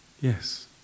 Yes